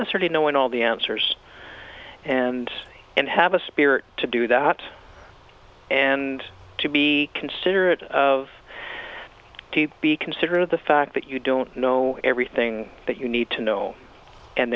necessarily know when all the answers and and have a spirit to do that and to be considerate of to be considerate of the fact that you don't know everything that you need to know and